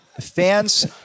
fans